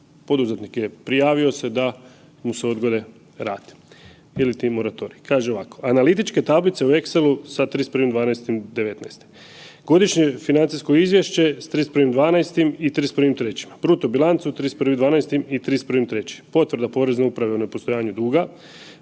poduzetnik je prijavio se da mu se odgode rate iliti moratorij. Kaže ovako, analitičke tablice u exclu sa 31.12.2019., godišnje financijsko izvješće s 31.12. i 31.3., bruto bilancu s 31.12. i s 31.3., potvrda porezne uprave o nepostojanju duga,